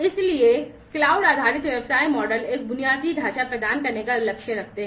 इसलिए क्लाउड आधारित व्यवसाय मॉडल एक बुनियादी ढाँचा प्रदान करने का लक्ष्य रखते हैं